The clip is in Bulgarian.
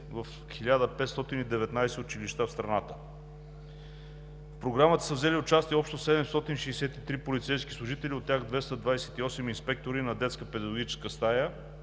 в 1519 училища в страната. В Програмата са взели участие общо 763 полицейски служители, от тях 228 инспектори на детска педагогическа стая,